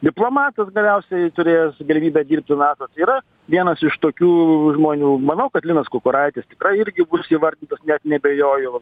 diplomatas galiausiai turėjęs galimybę dirbti nato tai yra vienas iš tokių žmonių manau kad linas kukuraitis tikrai irgi bus įvardintas net neabejoju